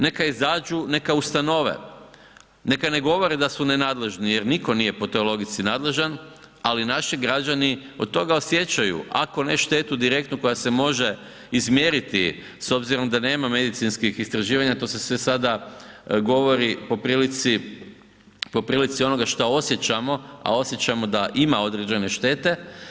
Neka izađu i neka ustanove, neka ne govore da su nenadležni jer niko po toj logici nadležan, ali naši građani od toga osjećaju ako ne štetu direktnu koja se može izmjeriti s obzirom da nema medicinskih istraživanja, to se sve sada govori po prilici onoga šta osjećamo, a osjećamo da ima određene štete.